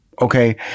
Okay